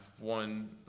one